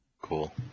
Cool